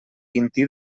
quintí